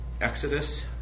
Exodus